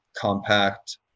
compact